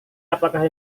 apakah